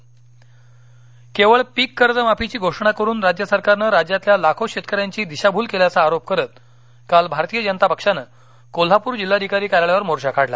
भाजपा मोर्चा कोल्हापर केवळ पीक कर्ज माफीची घोषणा करून राज्य सरकारनं राज्यातील लाखो शेतकऱ्यांची दिशाभूल केल्याचा आरोप करत काल भारतीय जनता पक्षानं कोल्हापूर जिल्हाधिकारी कार्यालयावर मोर्चा काढला